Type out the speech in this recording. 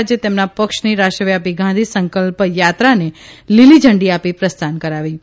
આજે તેમના ક્ષની રાષ્ટ્રવ્યા ી ગાંધી સંકલ યાત્રાને લીલીઝંડી આ ી પ્રસ્થાન કરાવ્યું હતું